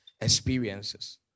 experiences